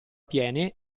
piene